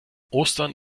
ostern